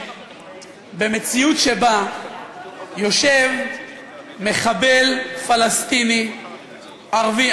במציאות שבה יושב מחבל פלסטיני ערבי,